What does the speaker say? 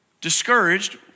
discouraged